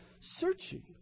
Searching